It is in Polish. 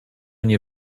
nie